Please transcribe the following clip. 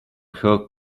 her